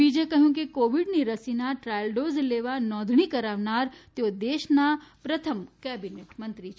વીજે કહયું કે કોવીડની રસીના ટ્રાયલ ડોઝ લેવા નોંધણી કરાવનાર તેઓ દેશના પ્રથમ કેબીનેટ મંત્રી છે